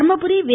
Dharmapuri வே